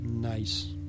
Nice